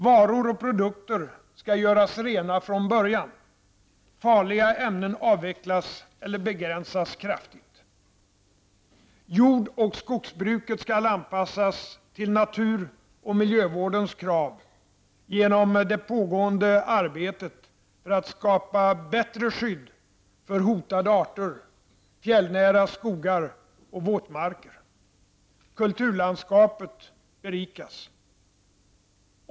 Varor och produkter skall göras rena från början. Farliga ämnen avvecklas eller begränsas kraftigt. Jord och skogsbruket skall anpassas till natur och miljövårdens krav genom det pågående arbetet för att skapa bättre skydd för hotade arter, fjällnära skogar och våtmarker. Kulturlandskapet berikas.